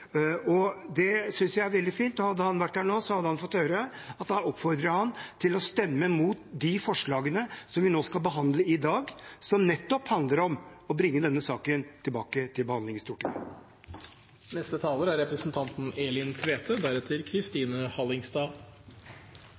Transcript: igjennom. Det synes jeg er veldig fint, og hadde han vært her nå, hadde han fått høre at jeg oppfordrer ham til å stemme imot de forslagene som vi nå skal behandle i dag, som nettopp handler om å bringe denne saken tilbake til behandling i Stortinget. Nye Oslo universitetssykehus, som det er